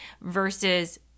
versus